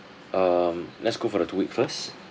um let's go for the two week first